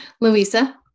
Louisa